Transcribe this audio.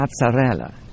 mozzarella